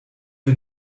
wir